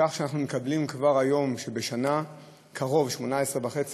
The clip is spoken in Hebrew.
כך שאנחנו מקבלים כבר היום שבשנה זה קרוב ל-18.5%